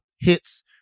hits